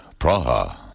Praha